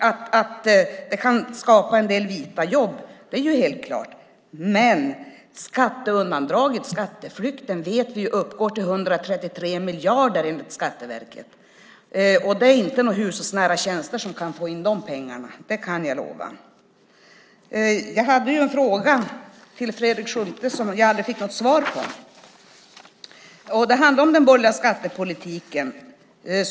Att det kan skapa en del vita jobb är helt klart. Men vi vet att skatteundandraget, skatteflykten, uppgår till 133 miljarder enligt Skatteverket. Det är inte några hushållsnära tjänster som kan få in de pengarna. Det kan jag lova. Jag hade en fråga till Fredrik Schulte som jag aldrig fick något svar på. Det handlar om den borgerliga skattepolitiken.